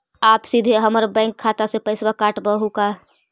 आप सीधे हमर बैंक खाता से पैसवा काटवहु का?